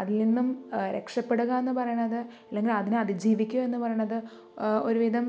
അതിൽ നിന്നും രക്ഷപ്പെടുക എന്ന് പറയണത് അല്ലെങ്കിൽ അതിനെ അതിജീവിക്കുക എന്നു പറയണത് ഒരു വിധം